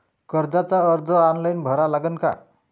कर्जाचा अर्ज ऑनलाईन भरा लागन का?